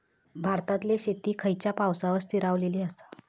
भारतातले शेती खयच्या पावसावर स्थिरावलेली आसा?